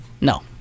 No